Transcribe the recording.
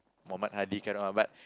Muhamad Hadi Khairul Akmar